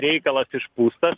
reikalas išpūstas